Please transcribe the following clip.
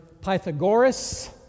Pythagoras